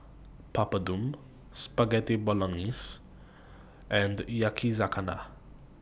Papadum Spaghetti Bolognese and Yakizakana